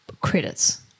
credits